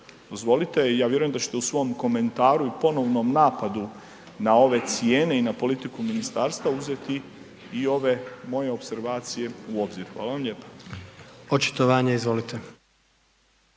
Dozvolite ja vjerujem da ćete u svom komentaru i ponovnom napadu na ove cijene i na politiku ministarstva uzeti i ove moje opservacije u obzir. Hvala vam lijepa. **Jandroković,